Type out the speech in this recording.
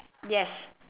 yes